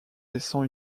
laissant